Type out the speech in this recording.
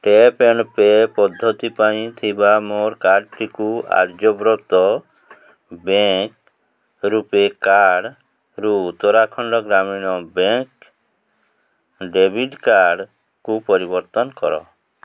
tap and pay ପଦ୍ଧତି ପାଇଁ ଥିବା ମୋର କାର୍ଡ୍ଟିକୁ ଆର୍ଯ୍ୟବ୍ରତ ବ୍ୟାଙ୍କ୍ ରୂପୈ କାର୍ଡ଼୍ରୁ ଉତ୍ତରାଖଣ୍ଡ ଗ୍ରାମୀଣ ବ୍ୟାଙ୍କ୍ ଡେବିଟ୍ କାର୍ଡ଼୍କୁ ପରିବର୍ତ୍ତନ କର